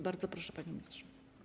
Bardzo proszę, panie ministrze.